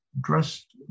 dressed